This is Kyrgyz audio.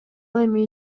эми